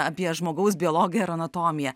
apie žmogaus biologiją ar anatomiją